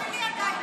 בסוף, החלפתם,